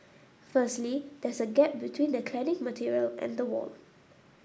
firstly there's a gap between the cladding material and the wall